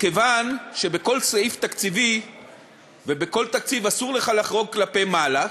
מכיוון שבכל סעיף תקציבי ובכל תקציב אסור לך לחרוג כלפי מעלה,